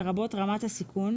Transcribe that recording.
לרבות רמת הסיכון,